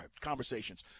conversations